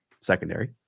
secondary